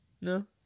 No